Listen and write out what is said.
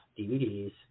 DVDs